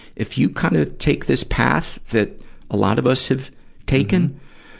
if you kind of take this path that a lot of us has taken,